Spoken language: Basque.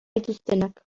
dituztenak